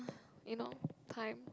you know kind